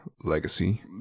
legacy